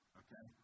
okay